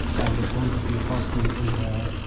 and there's going to be a bus waiting there.